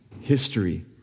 history